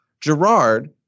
Gerard